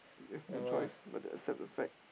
you have no choice but to accept the fact